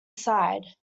side